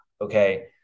okay